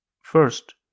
first